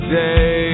day